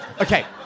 Okay